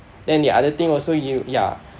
then the other thing also you ya